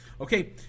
okay